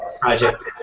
project